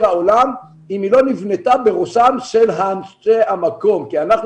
העולם אם היא לא נבנתה בראשם של אנשי המקום כי אנחנו